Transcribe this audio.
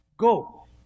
go